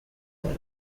دارم